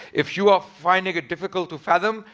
if you are finding it difficult to fathom,